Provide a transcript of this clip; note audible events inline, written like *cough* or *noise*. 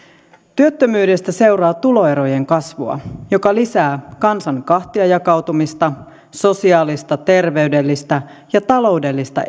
työttömyydestä seuraa tuloerojen kasvua joka lisää kansan kahtiajakautumista sosiaalista terveydellistä ja taloudellista *unintelligible*